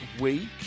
week